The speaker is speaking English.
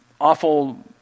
awful